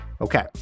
Okay